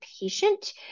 patient